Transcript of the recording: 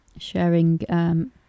sharing